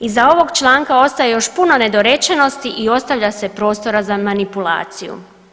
Iza ovog članka ostaje još puno nedorečenosti i ostavlja se prostora za manipulaciju.